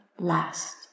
last